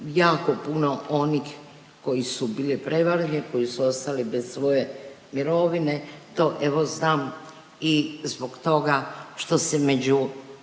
jako puno onih koji su bili prevareni, koji su ostali bez svoje mirovine. To evo znam i zbog toga što se među